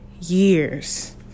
years